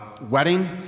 wedding